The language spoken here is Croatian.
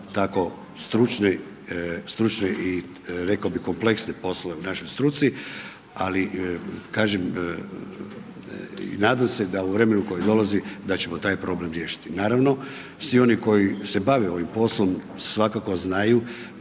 stručne i reko bi kompleksne poslove u našoj struci, ali kažem i nadam se da u vremenu koje dolazi da ćemo taj problem riješiti. Naravno, svi oni koji se bave ovim poslom svakako znaju